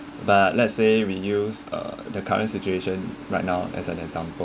but let's say we use uh the current situation right now as an example